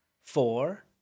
four